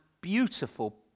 beautiful